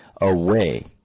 away